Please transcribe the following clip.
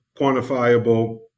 quantifiable